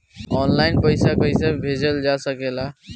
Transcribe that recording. आन line पईसा कईसे भेजल जा सेकला?